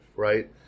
right